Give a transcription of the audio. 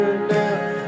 now